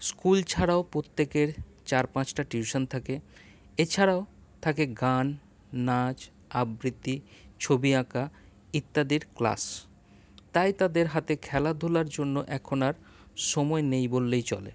school ছাড়াও প্রতেকের চার পাঁচটা টিউশান থাকে এছাড়াও থাকে গান নাচ আবৃতি ছবি আঁকা ইত্যাদির ক্লাস তাই তাদের হাতে খেলাধুলার জন্য এখন আর সময় নেই বললেই চলে